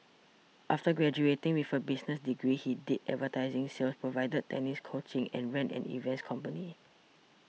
after graduating with a business degree he did advertising sales provided tennis coaching and ran an events company